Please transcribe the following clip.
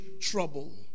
trouble